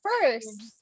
first